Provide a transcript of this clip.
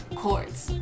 chords